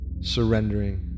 surrendering